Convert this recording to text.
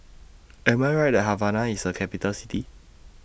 Am I Right that Havana IS A Capital City